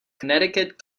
connecticut